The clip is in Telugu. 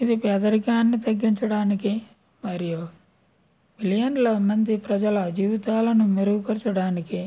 ఇది పేదరికాన్ని తగ్గించడానికి మరియు బిలియన్ల మంది ప్రజల జీవితాలను మెరుగుపరచడానికి